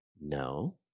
No